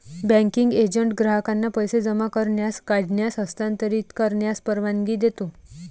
banking agent ग्राहकांना पैसे जमा करण्यास, काढण्यास, हस्तांतरित करण्यास परवानगी देतो